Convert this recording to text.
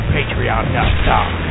Patreon.com